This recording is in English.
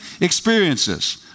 experiences